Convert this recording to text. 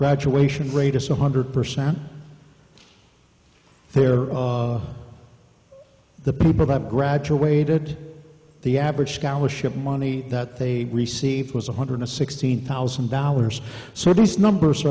graduation rate is a hundred percent they are of the people that graduated the average scholarship money that they received was one hundred sixteen thousand dollars so these numbers